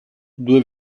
due